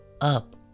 up